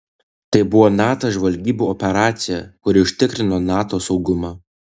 tai buvo nato žvalgybų operacija kuri užtikrino nato saugumą